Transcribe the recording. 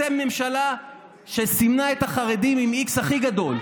אתם ממשלה שסימנה את החרדים עם x הכי גדול.